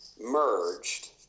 merged